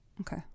Okay